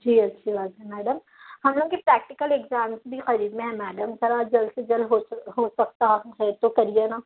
جی اچھی بات ہے میڈم حالانکہ پریکٹکل ایگزامس بھی قریب میں ہیں میڈم ذرا جلد سے جلد ہو سکے ہو سکتا ہے تو کریئے نا